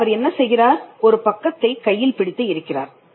ஆக அவர் என்ன செய்கிறார் ஒரு பக்கத்தை கையில் பிடித்து இருக்கிறார்